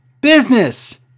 Business